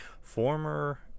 former